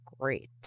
great